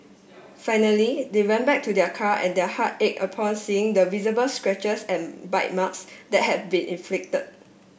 finally they went back to their car and their heart ache upon seeing the visible scratches and bite marks that had been inflicted